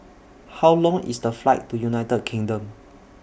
How Long IS The Flight to United Kingdom